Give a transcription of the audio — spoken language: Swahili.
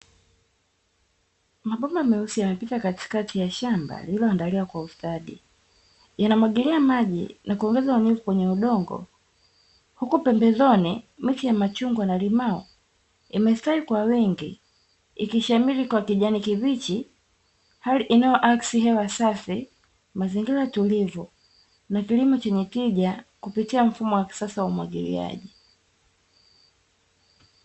Mabomba meusi yamepita katikati ya shamba lililoandaliwa kwa ustadi. Yanamwagilia maji na kuongeza unyevu kwenye udongo huku pembezoni miche ya machungwa na limau imestawi kwa wingi ikishamiri kwa kijani kibichi. Hali inayoakisi hewa safi, mazingira tulivu na kilimo chenye tija kupitia mfumo wa kisasa wa umwagiliaji.